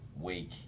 week